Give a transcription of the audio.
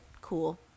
cool